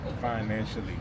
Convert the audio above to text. financially